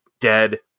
dead